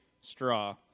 straw